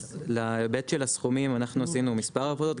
אז להיבט של הסכומים אנחנו עשינו מספר עבודות,